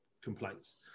complaints